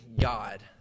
God